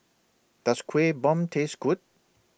Does Kueh Bom Taste Good